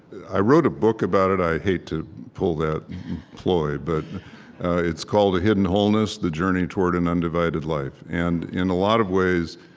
i wrote a book about it. i hate to pull that ploy, but it's called a hidden wholeness the journey toward an undivided life. and in a lot of ways,